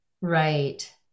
Right